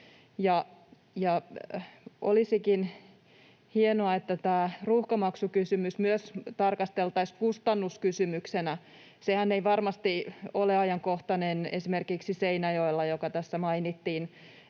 Olisikin hienoa, että tätä ruuhkamaksukysymystä myös tarkasteltaisiin kustannuskysymyksenä. Sehän ei varmasti ole ajankohtainen esimerkiksi Seinäjoella, joka tässä mainittiin